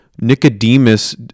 Nicodemus